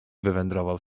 wywędrował